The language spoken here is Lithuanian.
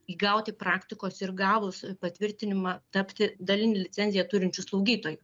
įgauti praktikos ir gavus patvirtinimą tapti dalinę licenziją turinčiu slaugytoju